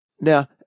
Now